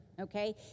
okay